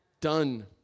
done